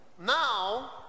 Now